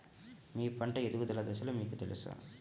మీ పంట ఎదుగుదల దశలు మీకు తెలుసా?